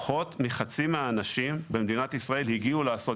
פחות מחצי מהאנשים במדינת ישראל הגיעו לעשות.